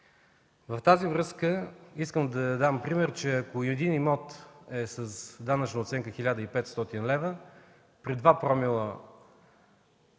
В тази връзка искам да дам пример, че ако един имот е с данъчна оценка 1500 лв., при два промила данък